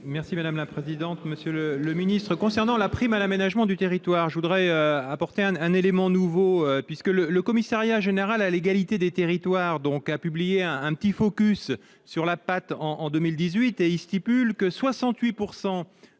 merci madame la présidente, monsieur le ministre, concernant la prime à l'aménagement du territoire, je voudrais apporter un élément nouveau, puisque le le Commissariat général à l'égalité des territoires, donc, a publié un petit focus sur la pâte en en 2018 et il stipule que 68